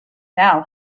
now